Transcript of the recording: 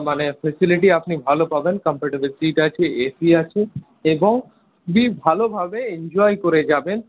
মানে ফেসিলিটি আপনি ভালো পাবেন কমফোর্টেবল সিট আছে এসি আছে এবং খুবই ভালোভাবে এঞ্জয় করে যাবেন